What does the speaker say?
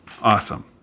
awesome